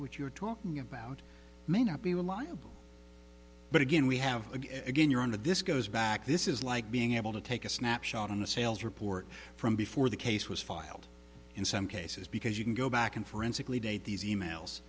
which you're talking about may not be reliable but again we have again you're on the this goes back this is like being able to take a snapshot on a sales report from before the case was filed in some cases because you can go back and forensically date these e mails